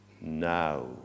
now